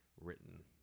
written